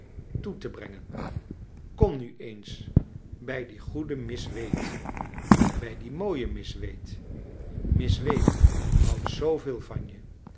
toe te brengen kom nu eens bij die goede miss wade bij die mooie miss wade miss wade houdt zooveel van je